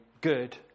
good